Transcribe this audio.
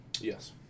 Yes